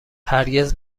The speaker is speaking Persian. هرگز